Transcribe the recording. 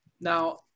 Now